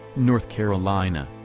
north carolina.